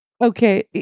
okay